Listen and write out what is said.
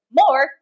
more